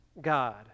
God